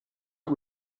not